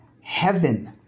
heaven